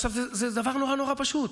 עכשיו, זה דבר נורא נורא פשוט.